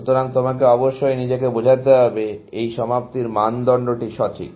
সুতরাং তোমাকে অবশ্যই নিজেকে বোঝাতে হবে এই সমাপ্তির মানদণ্ডটি সঠিক